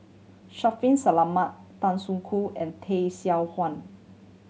Shaffiq Selamat Tan Soo Khoon and Tay Seow Huah